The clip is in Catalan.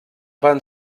van